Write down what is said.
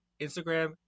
Instagram